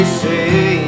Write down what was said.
say